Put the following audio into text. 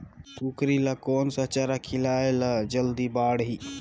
कूकरी ल कोन सा चारा खिलाय ल जल्दी बाड़ही?